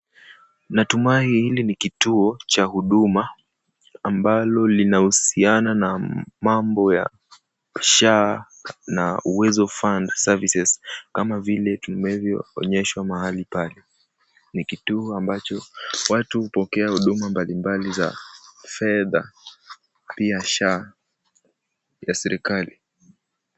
Natumai hili ni kituo cha huduma ambalo linahusiana na mambo ya SHA na Uwezo Fund Services kama vile tunavyoonyeshwa mahali pale. Ni kituo ambacho watu hupokea huduma mbalimbali za fedha pia SHA ya serekali.